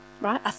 right